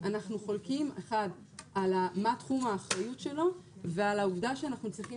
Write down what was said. אנחנו חולקים אחד על מה תחום האחריות שלו ועל העובדה שאנחנו צריכים